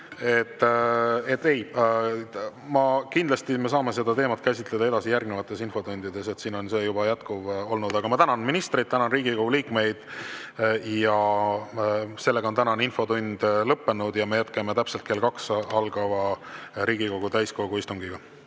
lihtsalt. Kindlasti me saame seda teemat käsitleda edasi järgnevates infotundides, siin on see juba jätkuv olnud. Aga ma tänan ministreid, tänan Riigikogu liikmeid! Tänane infotund on lõppenud ja me jätkame täpselt kell 14 algava Riigikogu täiskogu istungiga.